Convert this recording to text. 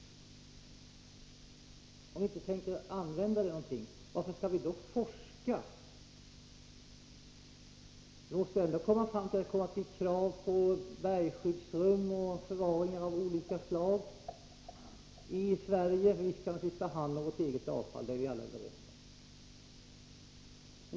Om vi inte tänker använda det till någonting, varför skall vi då forska? Låt oss i stället komma fram till krav på bergskyddsrum och förvaringar av olika slag i Sverige. Vi skall ta hand om vår eget avfall — det är vi alla överens om.